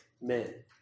men